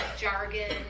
jargon